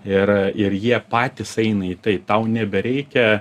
ir ir jie patys eina į tai tau nebereikia